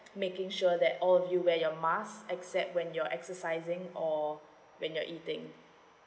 making sure that all of you wear your mask except when you're exercising or when you're eating